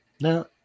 Now